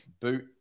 boot